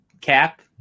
Cap